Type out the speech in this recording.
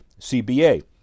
CBA